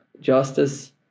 justice